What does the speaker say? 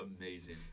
amazing